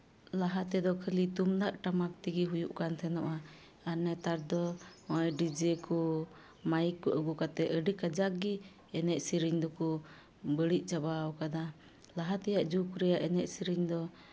ᱞᱟᱦᱟ ᱛᱮᱫᱚ ᱠᱷᱟᱹᱞᱤ ᱛᱩᱢᱫᱟᱹᱜ ᱴᱟᱢᱟᱠ ᱛᱮᱜᱮ ᱦᱩᱭᱩᱜ ᱠᱟᱱ ᱛᱟᱦᱮᱱᱚᱜᱼᱟ ᱟᱨ ᱱᱮᱛᱟᱨ ᱫᱚ ᱱᱚᱜᱼᱚᱸᱭ ᱰᱤᱡᱮ ᱠᱚ ᱢᱟᱭᱤᱠ ᱠᱚ ᱟᱹᱜᱩ ᱠᱟᱛᱮᱫ ᱟᱹᱰᱤ ᱠᱟᱡᱟᱞ ᱜᱮ ᱮᱱᱮᱡ ᱥᱮᱨᱮᱧ ᱫᱚᱠᱚ ᱵᱟᱹᱲᱤᱡ ᱪᱟᱵᱟᱣ ᱠᱟᱫᱟ ᱞᱟᱦᱟ ᱛᱮᱭᱟᱜ ᱡᱩᱜᱽ ᱨᱮᱭᱟᱜ ᱮᱱᱮᱡ ᱥᱮᱨᱮᱧ ᱫᱚ